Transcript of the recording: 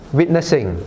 witnessing